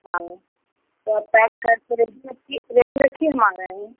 हाँ थोड़ा पैक करके रेडी रखिए रेडी रखिए हम आ रहे हैं